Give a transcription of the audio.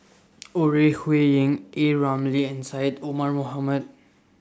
Ore Huiying A Ramli and Syed Omar Mohamed